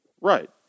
Right